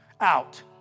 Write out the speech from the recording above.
out